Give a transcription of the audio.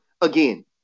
again